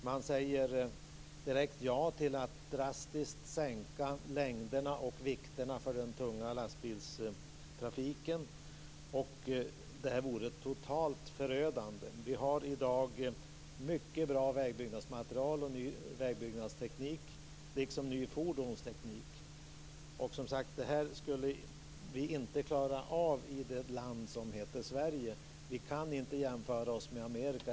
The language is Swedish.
Man säger direkt ja till att drastiskt sänka längd och vikt för den tunga lastbilstrafiken. Det vore totalt förödande. Vi har i dag mycket bra vägbyggnadsmaterial och ny vägbyggnadsteknik, liksom ny fordonsteknik. Och som sagt, det här skulle vi inte klara av i det land som heter Sverige. Vi kan inte jämföra oss med Amerika.